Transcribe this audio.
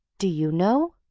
do you know?